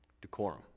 Decorum